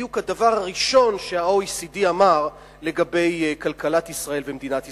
בדיוק הדבר הראשון שה-OECD אמר לגבי כלכלת ישראל ומדינת ישראל.